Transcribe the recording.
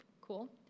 cool